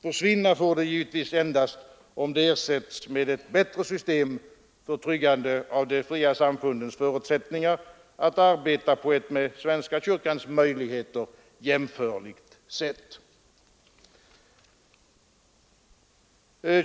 Försvinna får det givetvis endast om det ersätts med ett bättre system för tryggande av de fria samfundens förutsättningar att arbeta på ett med svenska kyrkans möjligheter jämförligt sätt.